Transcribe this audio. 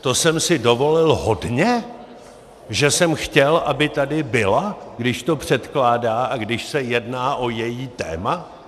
To jsem si dovolil hodně, že jsem chtěl, aby tady byla, když to předkládá a když se jedná o její téma?